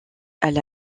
elle